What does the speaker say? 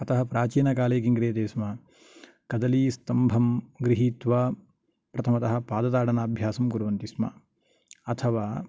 अतः प्राचीनकाले किं क्रीयते स्म कदलीस्तम्भं ग्रहीत्वा प्रथमतः पादताडन अभ्यासं कुर्वन्ति स्म अथवा